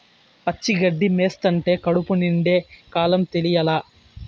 పచ్చి గడ్డి మేస్తంటే కడుపు నిండే కాలం తెలియలా